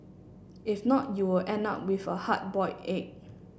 if not you will end up with a hard boiled egg